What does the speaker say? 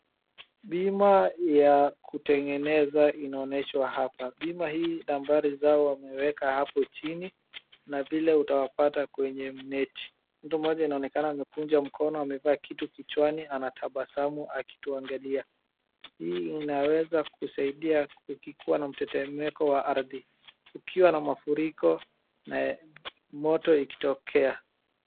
Bima ya kutengeneza inaonyeshwa hapa. Bima hii nambari zao wameweka hapo chini na vile utawapata kwenye neti. Mtu mmoja inaonekana amekunja mikono amevaa kitu kichwani anatabasamu akituangalia. Hii inaweza kusaidia kukiwa na mtetemeko wa ardhi, kukiwa na mafuriko na moto ikitokea.